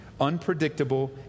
unpredictable